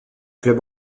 club